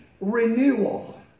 Renewal